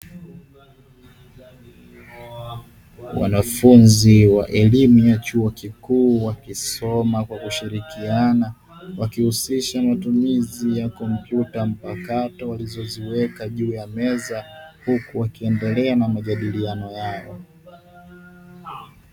Wanafunzi wa elimu ya chuo kikuu wakisoma kwa kushirikiana, wakihusisha matumizi ya kompyuta mpakato walizoziweka juu ya meza, huku wakiendelea na majadiliano yao.